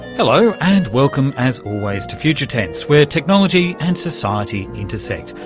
hello, and welcome as always to future tense, where technology and society intersect.